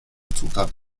zutat